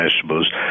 vegetables